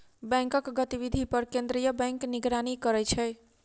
बैंकक गतिविधि पर केंद्रीय बैंक निगरानी करै छै